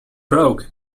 broke